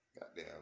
Goddamn